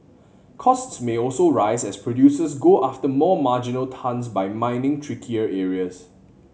costs may also rise as producers go after more marginal tons by mining trickier areas